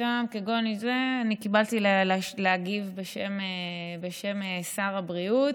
אני קיבלתי להגיב בשם שר הבריאות,